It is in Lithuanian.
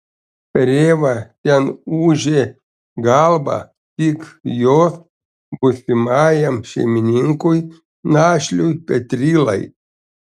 rėva ten ūžė galvą tik jos būsimajam šeimininkui našliui petrylai